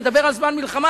מדובר על זמן מלחמה,